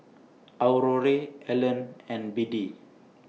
Aurore Alan and Biddie